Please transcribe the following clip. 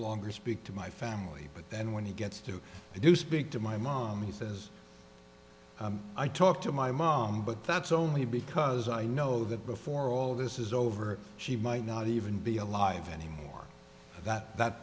longer speak to my family but then when he gets through i do speak to my mom he says i talk to my mom but that's only because i know that before all this is over she might not even be alive anymore that that